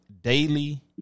Daily